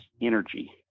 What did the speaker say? energy